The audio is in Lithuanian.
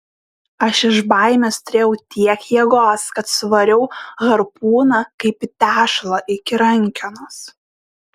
aš iš baimės turėjau tiek jėgos kad suvariau harpūną kaip į tešlą iki rankenos